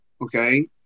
Okay